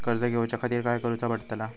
कर्ज घेऊच्या खातीर काय करुचा पडतला?